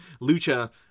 Lucha